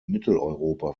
mitteleuropa